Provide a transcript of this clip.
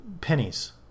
pennies